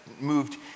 moved